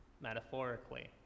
metaphorically